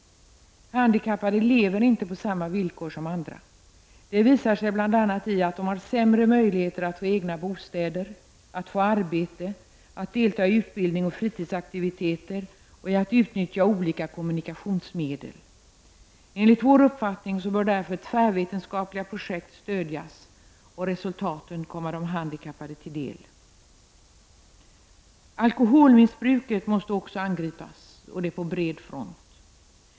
Handikappade lever inte på samma villkor som andra, det visar sig bl.a. i att de har sämre möjligheter att få egna bostäder, arbete, att delta i utbildning och fritidsaktiviteter och i att utnyttja olika kommunikationsmedel. Enligt vår uppfattning bör därför tvärvetenskapliga projekt stödjas och resultaten komma de handikappade till del. Alkoholmissbruket måste angripas på bred front.